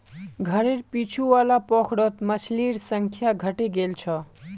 घरेर पीछू वाला पोखरत मछलिर संख्या घटे गेल छ